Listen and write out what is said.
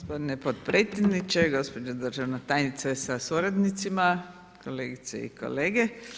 Gospodine potpredsjedniče, gospođo državna tajnice sa suradnicima, kolegice i kolege.